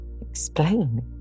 Explain